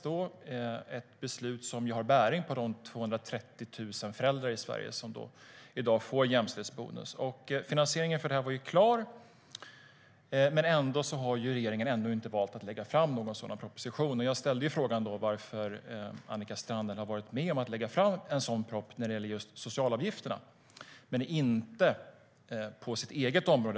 Det är ett beslut som har bäring på de 230 000 föräldrar i Sverige som i dag får jämställdhetsbonus. Finansieringen av det här var klar, men ännu har regeringen inte valt att lägga fram någon sådan proposition. Jag ställde då frågan: Varför har Annika Strandhäll varit med om att lägga fram en sådan proposition när det gäller just socialavgifterna men inte på sitt eget område?